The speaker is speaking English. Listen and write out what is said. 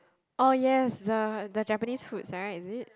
oh yes the the Japanese foods right is it